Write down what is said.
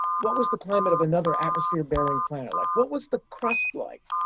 what was the climate of another atmosphere-bearing planet like? what was the crust like?